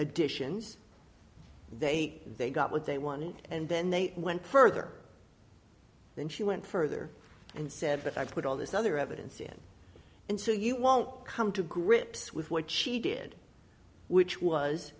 additions they they got what they want and then they went further than she went further and said that i put all this other evidence in and so you won't come to grips with what she did which was